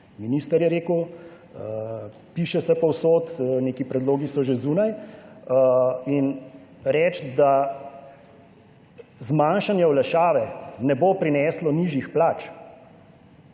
Minister je rekel, piše se povsod, neki predlogi so že zunaj in reči, da zmanjšanje olajšave ne bo prineslo nižjih plač,